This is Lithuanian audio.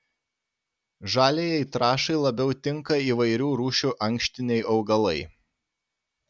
žaliajai trąšai labiau tinka įvairių rūšių ankštiniai augalai